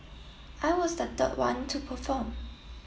I was the third one to perform